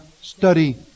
study